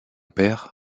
père